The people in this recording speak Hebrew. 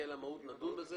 כאשר נגיע למהות נדון בזה.